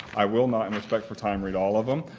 i will not, in respect for time, read all of them,